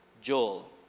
Joel